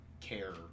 care